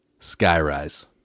skyrise